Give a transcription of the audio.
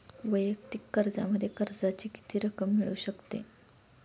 वैयक्तिक कर्जामध्ये कर्जाची किती रक्कम मिळू शकते?